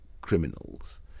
criminals